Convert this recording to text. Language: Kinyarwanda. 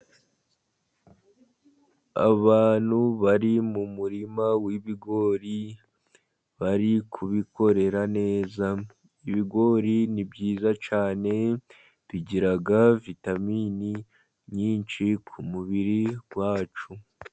Abantu bari mu murima w'ibigori bari kubikorera neza. Ibigori ni byiza cyane bigira vitamini nyinshi ku mubiri wacu.